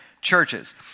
churches